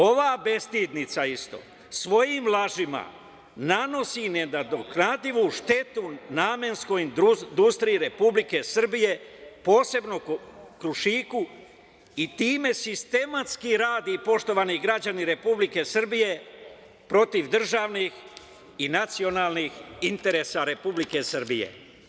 Ova bestidnica isto svojim lažima nanosi nenadoknadivu štetu namenskoj industriji Republike Srbije, posebno „Krušiku“ i time sistematski radi, poštovani građani Republike Srbije, protiv državnih i nacionalnih interesa Republike Srbije.